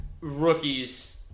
rookies